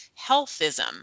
healthism